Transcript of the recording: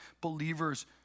believers